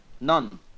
None